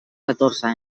catorze